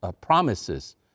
promises